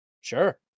Sure